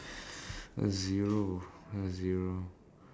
a zero a zero